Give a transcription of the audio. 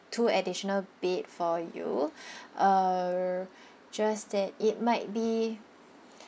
two additional bed for you uh just that it might be